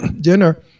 dinner